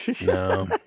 No